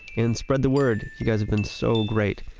and spread the word. you guys have been so great.